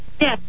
Yes